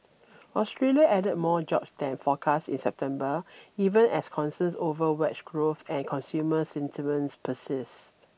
Australia added more jobs than forecast in September even as concerns over wage growth and consumer sentiments persist